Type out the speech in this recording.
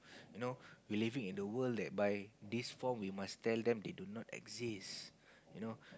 you know we living in a world that by this form we must tell them they do not exist you know